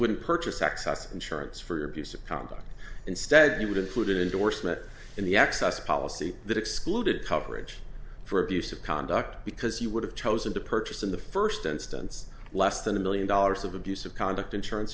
wouldn't purchase excess insurance for abusive conduct instead you would include indorsement in the access policy that excluded coverage for abusive conduct because you would have chosen to purchase in the first instance less than a million dollars of abusive conduct insurance